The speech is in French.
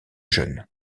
jeune